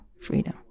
freedom